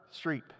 Streep